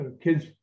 kids